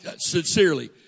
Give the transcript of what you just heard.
sincerely